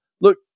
Look